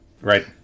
Right